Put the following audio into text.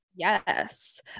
Yes